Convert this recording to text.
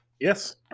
Yes